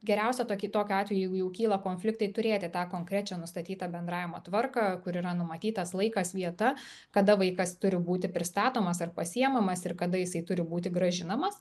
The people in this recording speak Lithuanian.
geriausia tokį tokiu atveju jeigu jau kyla konfliktai turėti tą konkrečią nustatytą bendravimo tvarką kur yra numatytas laikas vieta kada vaikas turi būti pristatomas ar pasiimamas ir kada jisai turi būti grąžinamas